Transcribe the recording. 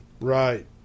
Right